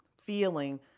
feeling